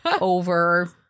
Over